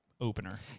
opener